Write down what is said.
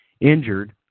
injured